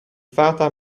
fata